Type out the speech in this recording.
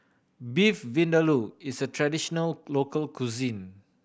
Beef Vindaloo is a traditional local cuisine